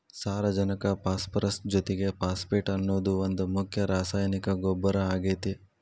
ಸಾರಜನಕ ಪಾಸ್ಪರಸ್ ಜೊತಿಗೆ ಫಾಸ್ಫೇಟ್ ಅನ್ನೋದು ಒಂದ್ ಮುಖ್ಯ ರಾಸಾಯನಿಕ ಗೊಬ್ಬರ ಆಗೇತಿ